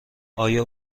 آیا